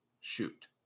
Shoot